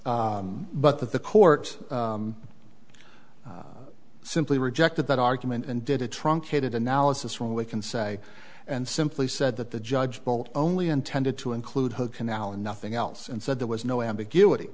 s but that the court simply rejected that argument and did a truncated analysis when we can say and simply said that the judge told only intended to include hood canal and nothing else and said there was no ambiguity